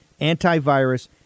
antivirus